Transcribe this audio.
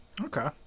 Okay